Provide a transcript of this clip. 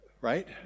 right